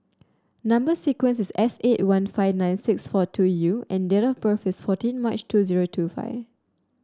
number sequence is S eight one five nine six four two U and date of birth is fourteen March two zero two five